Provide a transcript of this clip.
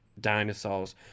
dinosaurs